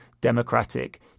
democratic